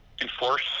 enforce